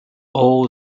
all